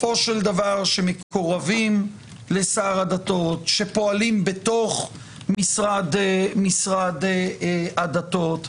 שמקורבים לשר הדתות, שפועלים בתוך משרד הדתות.